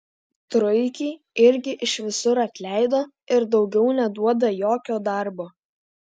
truikį irgi iš visur atleido ir daugiau neduoda jokio darbo